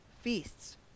feasts